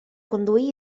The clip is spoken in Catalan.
conduir